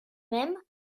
mêmes